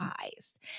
eyes